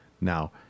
now